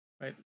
right